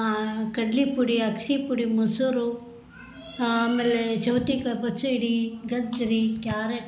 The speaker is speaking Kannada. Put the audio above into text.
ಕಡ್ಲೆಪುಡಿ ಅಗ್ಸೆಪುಡಿ ಮೊಸರು ಆಮೇಲೆ ಸೌತೆಕಾಯ್ ಪಚಡಿ ಗಜ್ಜರಿ ಕ್ಯಾರೆಟ್